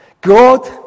God